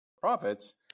profits